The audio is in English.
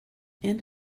and